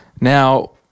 Now